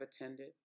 attended